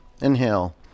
Inhale